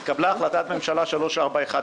התקבלה החלטת ממשלה 3419,